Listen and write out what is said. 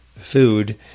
food